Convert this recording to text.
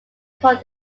called